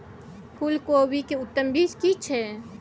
फूलकोबी के उत्तम बीज की छै?